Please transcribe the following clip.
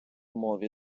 мові